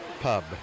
Pub